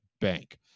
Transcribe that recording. bank